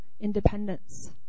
independence